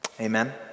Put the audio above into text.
Amen